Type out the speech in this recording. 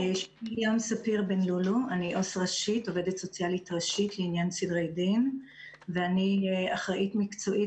אני עובדת סוציאלית ראשית לעניין סדרי דין ואני אחראית מקצועית